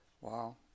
Wow